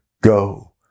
go